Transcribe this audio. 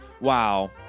Wow